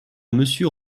monsieur